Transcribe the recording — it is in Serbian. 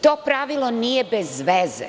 To pravilo nije bez veze.